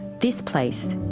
this place,